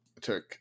took